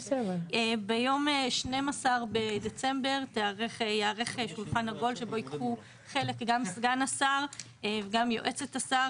ביום 12 בדצמבר ייערך שולחן עגול שבו יקחו חלק גם סגן השר גם יועצת השר,